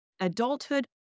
adulthood